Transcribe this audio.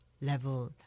level